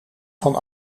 van